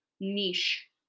niche